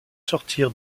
sortir